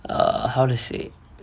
err how to say